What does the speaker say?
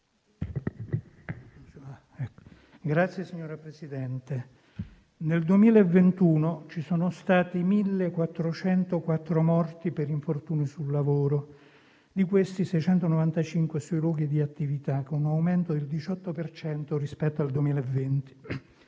Signora Presidente, nel 2021 ci sono stati 1.404 morti per infortuni sul lavoro. Di questi, 695 sui luoghi di attività, con un aumento del 18 per cento rispetto al 2020.